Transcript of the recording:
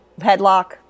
Headlock